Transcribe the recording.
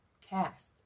cast